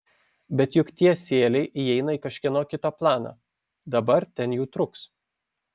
bet juk tie sieliai įeina į kažkieno kito planą dabar ten jų truks